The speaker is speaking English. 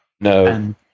No